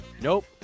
Nope